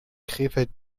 krefeld